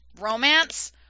romance